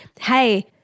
hey